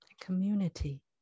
community